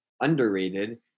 underrated